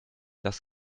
das